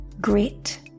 grit